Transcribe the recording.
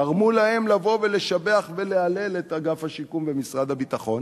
גרמו להם לבוא ולשבח ולהלל את אגף השיקום ומשרד הביטחון,